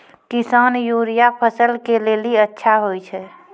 किसान यूरिया फसल के लेली अच्छा होय छै?